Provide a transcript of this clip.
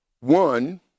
One